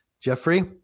Jeffrey